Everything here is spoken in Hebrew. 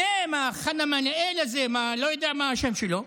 שניהם, החנמאל הזה, לא יודע מה השם שלו,